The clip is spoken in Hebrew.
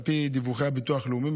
על פי דיווחי הביטוח הלאומי,